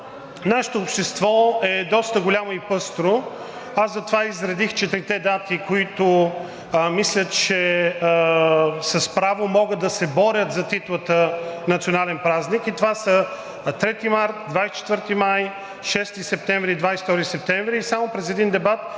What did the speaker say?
нашето общество е доста голямо и пъстро. Аз затова изредих четирите дати, които мисля, че с право могат да се борят за титлата „национален празник“ и това са: 3 март, 24 май, 6 септември и 22 септември. И само през един дебат